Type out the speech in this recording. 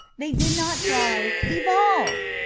they did not cry evolve!